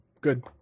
Good